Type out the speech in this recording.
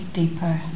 deeper